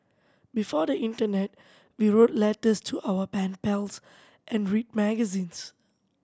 before the internet we wrote letters to our pen pals and read magazines